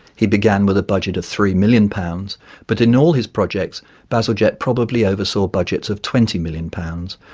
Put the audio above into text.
he began with a budget of three million pounds but in all his projects bazalgette probably oversaw budgets of twenty million pounds,